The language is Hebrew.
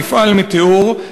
מפעל "מטאור".